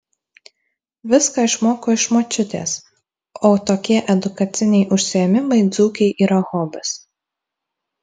viską išmoko iš močiutės o tokie edukaciniai užsiėmimai dzūkei yra hobis